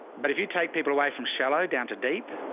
but if you take people away from shallow down to deep,